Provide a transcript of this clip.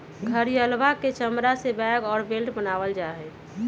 घड़ियलवा के चमड़ा से बैग और बेल्ट बनावल जाहई